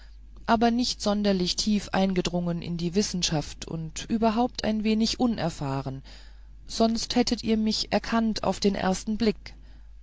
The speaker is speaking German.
aber nicht sonderlich tief eingedrungen in die wissen schaft und überhaupt ein wenig unerfahren sonst hättet ihr mich erkannt auf den ersten blick